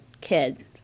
kid